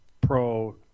pro